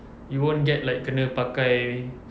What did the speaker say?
you won't get like kena pakai